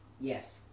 Yes